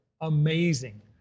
amazing